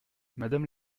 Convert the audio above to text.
madame